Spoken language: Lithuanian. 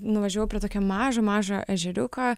nuvažiavau prie tokio mažo mažo ežeriuko